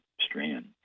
strand